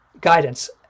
guidance